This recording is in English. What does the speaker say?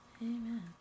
amen